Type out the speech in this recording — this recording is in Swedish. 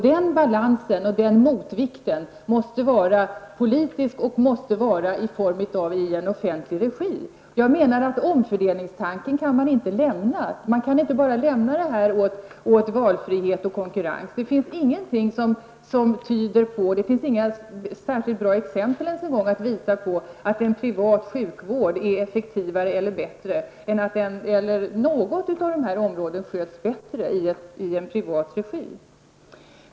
Den balansen och motvikten måste vara politisk och i offentlig regi. Man kan inte lämna omfördelningstanken. Man kan inte bara lämna det här åt valfrihet och konkurrens. Det finns inget som tyder på -- och det finns inga bra exempel på -- att en privat sjukvård är effektivare eller bättre än en offentlig eller att något av dessa områden sköts bättre i privat regi.